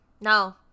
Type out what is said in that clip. no